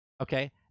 Okay